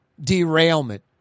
derailment